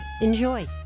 Enjoy